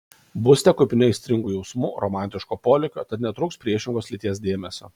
būsite kupini aistringų jausmų romantiško polėkio tad netrūks priešingos lyties dėmesio